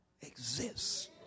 exists